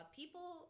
people